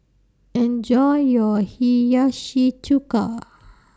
Enjoy your Hiyashi Chuka